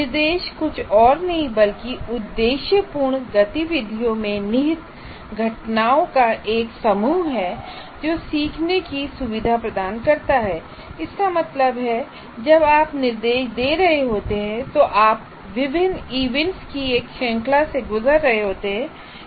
निर्देश कुछ और नहीं बल्कि उद्देश्यपूर्ण गतिविधियों में निहित घटनाओं का एक समूह है जो सीखने की सुविधा प्रदान करता है इसका मतलब है जब आप निर्देश दे रहे होते हैं तो आप विभिन्न इवेंट्स की एक श्रृंखला से गुजर रहे होते हैं